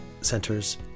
centers